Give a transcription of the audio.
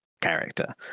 character